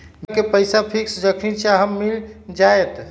बीमा के पैसा फिक्स जखनि चाहम मिल जाएत?